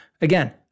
again